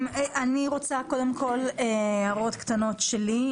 אני רוצה קודם כל הערות קטנות שלי.